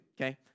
okay